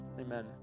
amen